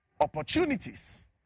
opportunities